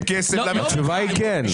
התשובה היא כן.